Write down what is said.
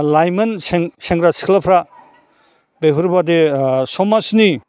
लाइमोन सेंग्रा सिख्लाफ्रा बेफोरबायदि समाजनि